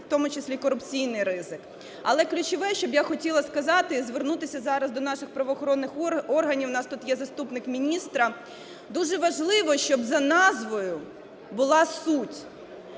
тому числі корупційний ризик. Але ключове, що б я хотіла сказати, і звернутися до зараз до наших правоохоронних органів, у нас тут є заступник міністра: дуже важливо, щоб за назвою була суть.